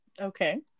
okay